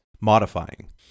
modifying